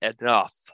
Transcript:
enough